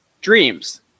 dreams